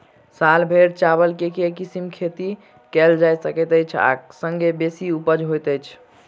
साल भैर चावल केँ के किसिम केँ खेती कैल जाय सकैत अछि आ संगे बेसी उपजाउ होइत अछि?